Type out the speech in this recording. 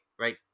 right